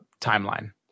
timeline